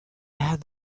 add